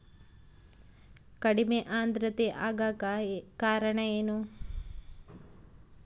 ಕಡಿಮೆ ಆಂದ್ರತೆ ಆಗಕ ಕಾರಣ ಏನು?